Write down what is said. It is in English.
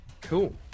Cool